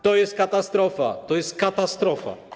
To jest katastrofa, to jest katastrofa.